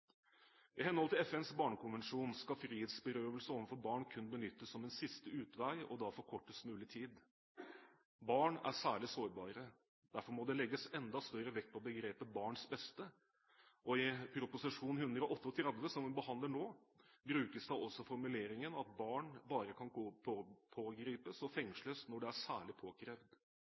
I henhold til FNs barnekonvensjon skal frihetsberøvelse overfor barn kun benyttes som en siste utvei, og da for kortest mulig tid. Barn er særlig sårbare. Derfor må det legges enda større vekt på begrepet «barns beste». I Prop. 138 L, som vi behandler nå, brukes da også formuleringen at «barn bare kan pågripes og fengsles når det er «særlig påkrevd».